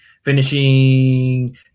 finishing